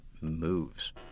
moves